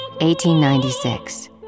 1896